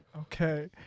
Okay